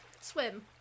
swim